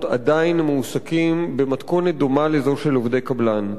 עדיין מועסקים במתכונת דומה לזו של עובדי קבלן.